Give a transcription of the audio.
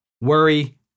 worry